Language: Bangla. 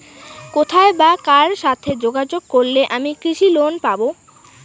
কোথায় বা কার সাথে যোগাযোগ করলে আমি কৃষি লোন পাব?